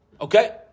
Okay